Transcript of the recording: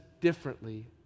differently